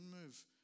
move